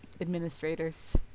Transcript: administrators